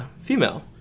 female